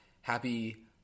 happy